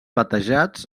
batejats